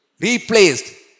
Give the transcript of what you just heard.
replaced